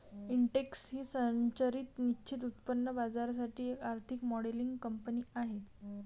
Intex ही संरचित निश्चित उत्पन्न बाजारासाठी एक आर्थिक मॉडेलिंग कंपनी आहे